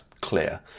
clear